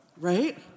right